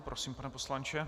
Prosím, pane poslanče.